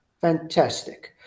Fantastic